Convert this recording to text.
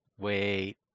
wait